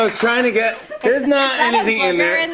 so trying to get there's not anything in there. and